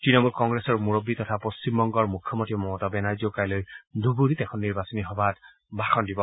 ত্তণমূল কংগ্ৰেছৰ মূৰববী তথা পশ্চিমবংগৰ মুখ্যমন্ত্ৰী মমতা বেনাৰ্জীয়েও কাইলৈ ধুবুৰীত এখন নিৰ্বাচনী সভাত ভাষণ দিব